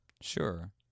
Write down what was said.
Sure